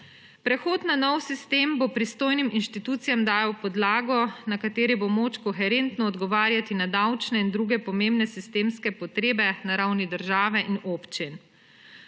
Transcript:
Prehod na nov sistem bo pristojnim inštitucijam dajal podlago, na kateri bo moč koherentno odgovarjati na davčne in druge pomembne sistemske potrebe na ravni države in občin.